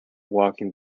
walking